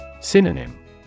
Synonym